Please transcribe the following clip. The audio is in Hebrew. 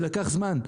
ולקח זמן,